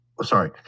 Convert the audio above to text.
sorry